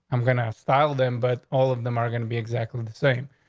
i'm gonna style them, but all of them are going to be exactly the same.